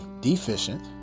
deficient